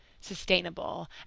sustainable